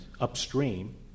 upstream